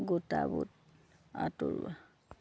গোটা বুট আঁতৰোৱা